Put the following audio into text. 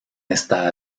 esta